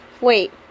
Wait